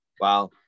Wow